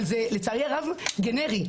אבל לצערי הרב זה גנרי.